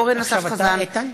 אורן אסף חזן,